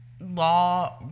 law